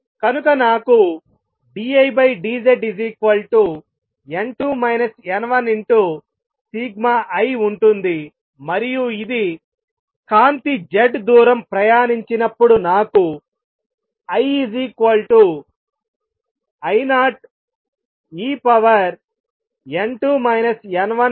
కనుక నాకు dI dZ n2 n1σI ఉంటుంది మరియు ఇది కాంతి Z దూరం ప్రయాణించినప్పుడు నాకు I I0en2 n1σZఇస్తుంది